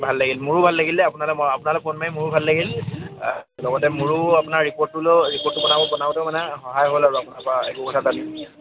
ভাল লাগিল মোৰো ভাল লাগিলে দেই আপোনালৈ ম আপোনালৈ ফোন মাৰি মোৰো ভাল লাগিল লগতে মোৰো আপোনাৰ ৰিপৰ্টটো লও ৰিপৰ্টটো বনাব বনাওঁতে মানে সহায় হ'ল আৰু আপোনাৰ পৰা এইবোৰ কথা জানি